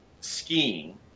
skiing